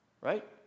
Right